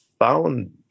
found